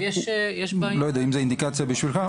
לא יודע אם זה אינדיקציה בשבילך.